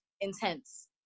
intense